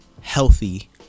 healthy